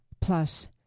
plus